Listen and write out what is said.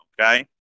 Okay